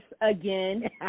again